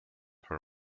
her